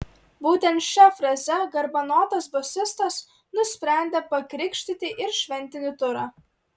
būtent šia fraze garbanotas bosistas nusprendė pakrikštyti ir šventinį turą